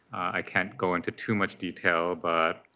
i cannot go into too much detail. but